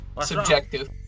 subjective